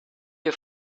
you